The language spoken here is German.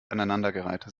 aneinandergereihte